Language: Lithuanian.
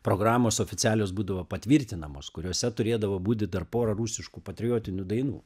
programos oficialios būdavo patvirtinamos kuriose turėdavo būti dar porą rusiškų patriotinių dainų